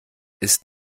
ist